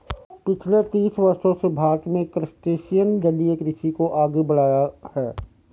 पिछले तीस वर्षों से भारत में क्रस्टेशियन जलीय कृषि को आगे बढ़ाया है